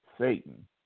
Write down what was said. Satan